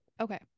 okay